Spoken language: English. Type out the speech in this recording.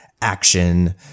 action